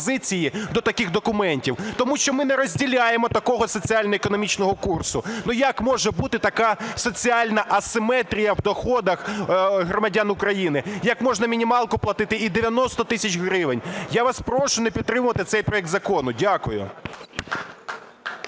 до таких документів? Тому що ми не розділяємо такого соціально-економічного курсу. Як може бути така соціальна асиметрія в доходах громадян України? Як можна мінімалку платити і 90 тисяч гривень? Я вас прошу не підтримувати цей проект закону. Дякую.